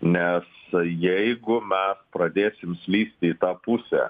nes jeigu mes pradėsim slysti į tą pusę